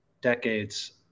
decades